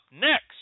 next